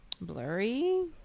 Blurry